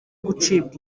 gucibwa